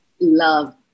Love